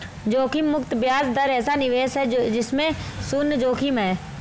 जोखिम मुक्त ब्याज दर ऐसा निवेश है जिसमें शुन्य जोखिम है